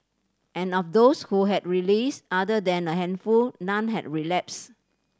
and of those who have released other than a handful none had relapsed